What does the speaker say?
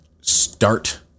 start